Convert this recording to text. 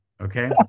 Okay